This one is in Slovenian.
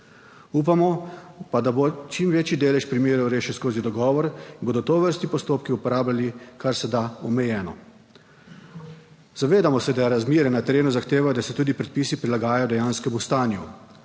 Upamo pa, da bo čim večji delež primerov rešil skozi dogovor in bodo tovrstni postopki uporabljali kar se da omejeno. Zavedamo se, da razmere na terenu zahtevajo, da se tudi predpisi prilagajajo dejanskemu stanju,